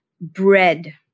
bread